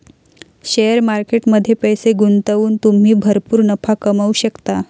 share market मध्ये पैसे गुंतवून तुम्ही भरपूर नफा कमवू शकता